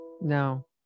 No